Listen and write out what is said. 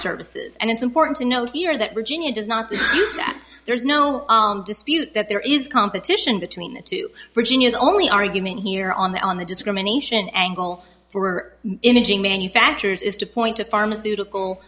services and it's important to note here that regina does not there's no dispute that there is competition between the two virginias only argument here on the on the discrimination angle for imaging manufacturers is to point to pharmaceutical